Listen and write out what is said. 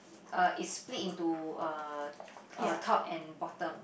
uh it's split into uh top and bottom